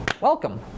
welcome